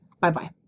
Bye-bye